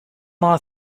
law